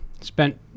Spent